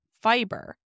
fiber